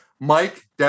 Mike